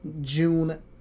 June